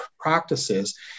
practices